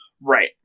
Right